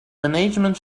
management